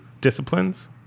disciplines